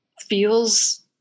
feels